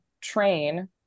train